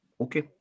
okay